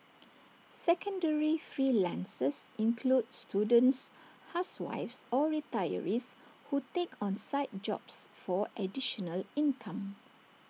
secondary freelancers include students housewives or retirees who take on side jobs for additional income